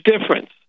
difference